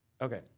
Okay